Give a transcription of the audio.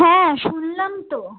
হ্যাঁ শুনলাম তো